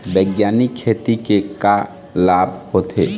बैग्यानिक खेती के का लाभ होथे?